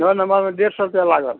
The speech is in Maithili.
नओ नम्मरमे डेढ़ सए रुपैआ लागत